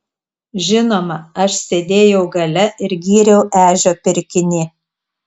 žinoma aš sėdėjau gale ir gyriau ežio pirkinį